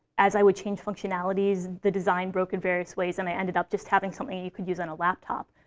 as i would change functionalities, the design broke in various ways, and i ended up just having something you could use on a laptop.